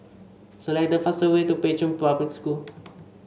select the fastest way to Pei Chun Public School